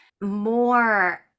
more